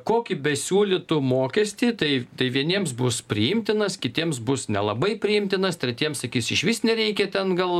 kokį besiūlytų mokestį taip tai vieniems bus priimtinas kitiems bus nelabai priimtinas tretiems sakys išvis nereikia ten gal